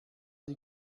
die